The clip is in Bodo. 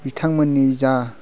बिथांमोननि जा